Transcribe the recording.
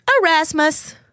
Erasmus